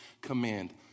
command